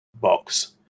box